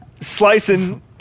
Slicing